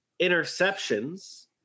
interceptions